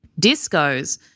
discos